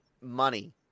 money